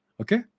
Okay